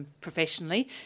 Professionally